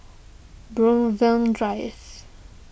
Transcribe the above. Brookvale Drive